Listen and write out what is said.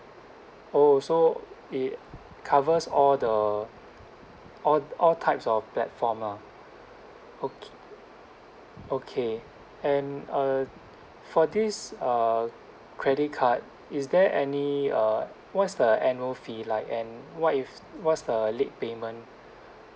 oh so it covers all the all all types of platform lah ok~ okay and uh for this uh credit card is there any uh what's the annual fee like and what if what's the late payment